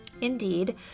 Indeed